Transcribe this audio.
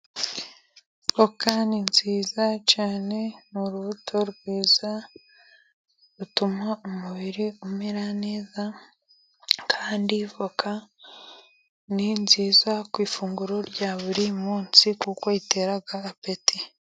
Avoka ni nziza cyane, ni urubuto rwiza rutuma umubiri umera neza, kandi avoka ni nziza ku ifunguro rya buri munsi kuko itera apeti.